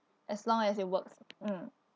as long as it works mm